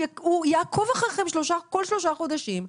הוא יעקוב אחריכם כל שלושה חודשים.